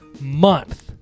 Month